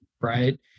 right